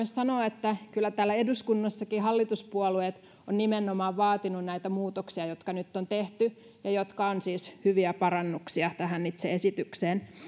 sanoa että täällä eduskunnassakin hallituspuolueet ovat nimenomaan vaatineet näitä muutoksia jotka nyt on tehty ja jotka ovat siis hyviä parannuksia tähän itse esitykseen